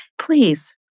please